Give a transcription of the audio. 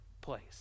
place